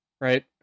right